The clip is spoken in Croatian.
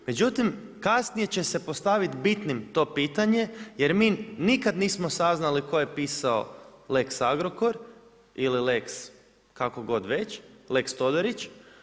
Međutim, kasnije će se postaviti bitnim to pitanje, jer mi nikada nismo saznali tko je pisao lex Agrokor ili lex kako god već, lex Todorić.